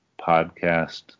podcast